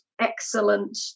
excellent